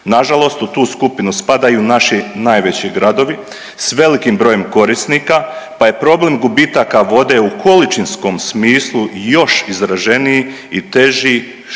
Na žalost u tu skupinu spadaju naši najveći gradovi s velikim brojem korisnika, pa je problem gubitaka vode u količinskom smislu još izraženiji i teži što